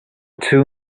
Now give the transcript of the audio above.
two